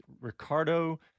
Ricardo